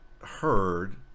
heard